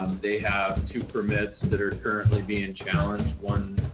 um they have two permits that are currently being challenged one